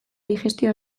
digestio